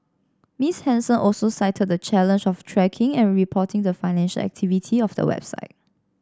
Miss Henson also cited the challenge of tracking and reporting the financial activity of the website